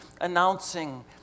announcing